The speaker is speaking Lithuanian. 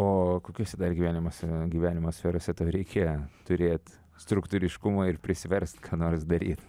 o kokiose dar gyvenimo sfe gyvenimo sferose tau reikėjo turėt struktūriškumo ir prisiverst ką nors daryt